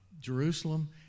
Jerusalem